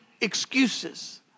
excuses